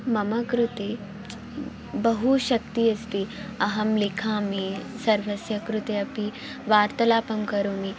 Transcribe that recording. मम कृते बहु शक्ति अस्ति अहं लिखामि सर्वस्य कृते अपि वार्तालापं करोमि